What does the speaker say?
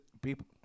people